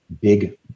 big